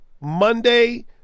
Monday